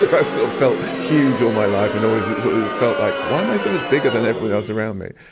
like i've always so felt huge all my life and always it felt like, why am i so much bigger than everybody else around me?